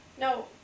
No